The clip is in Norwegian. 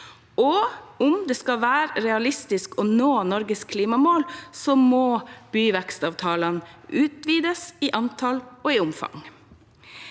Om det skal være realistisk å nå Norges klimamål, må byvekstavtalene utvides i antall og i omfang.